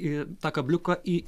į tą kabliuką į